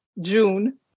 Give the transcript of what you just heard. June